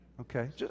Okay